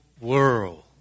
world